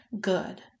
Good